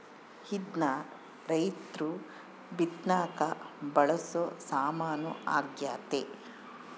ಇದ್ನ ರೈರ್ತು ಬಿತ್ತಕ ಬಳಸೊ ಸಾಮಾನು ಆಗ್ಯತೆ